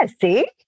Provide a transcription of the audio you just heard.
See